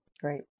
Great